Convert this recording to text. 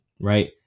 right